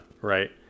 right